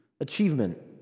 achievement